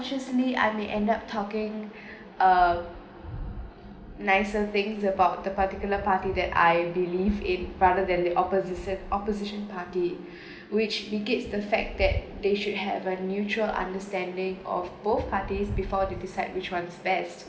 subconsciously I may end up talking a nicer things about the particular party that I believe in rather than the oppositive opposition party which he gives the fact that they should have a mutual understanding of both parties before they decide which one is best